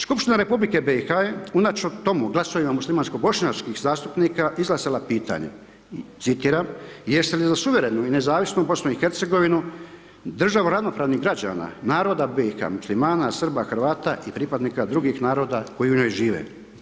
Skupština Republike BiH-a je unatoč tom glasovima muslimansko bošnjačkih zastupnika izglasala pitanje, citiram: „Jeste li za suverenu i nezavisnu BiH-a državu ravnopravnih građana, naroda BiH-a, Muslimana, Srba, Hrvata i pripadnika drugih naroda koji u njoj žive?